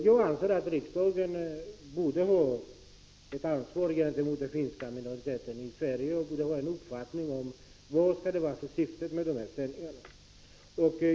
Jag anser att riksdagen borde ha ett ansvar gentemot den finska minoriteten i Sverige och borde ha en uppfattning om vad syftet med sändningarna skall vara.